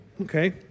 Okay